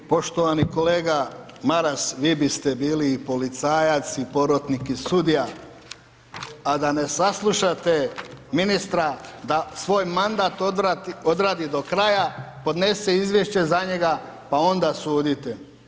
Poštovani kolega Maras, vi biste bili i policajac i porotnik i sudija, a da ne saslušate ministra da svoj mandat odradi do kraja, podnese izvješće za njega, pa onda sudite.